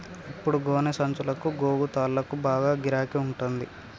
ఇప్పుడు గోనె సంచులకు, గోగు తాళ్లకు బాగా గిరాకి ఉంటంది